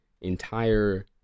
entire